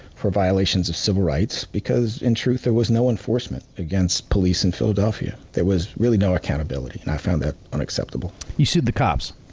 for violations of civil rights because in truth there was no enforcement against police in philadelphia. there was really no accountability, and i found that unacceptable. you sued the cops?